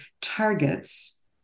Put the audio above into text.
targets